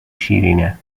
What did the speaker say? شیرینه